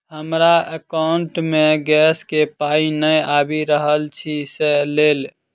हमरा एकाउंट मे गैस केँ पाई नै आबि रहल छी सँ लेल?